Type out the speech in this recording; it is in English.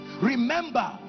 remember